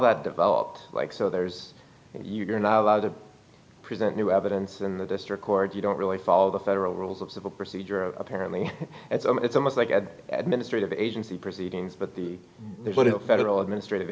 that developed like so there's you're not allowed to present new evidence in the district court you don't really follow the federal rules of civil procedure apparently it's almost like at administrative agency proceedings but the federal administrative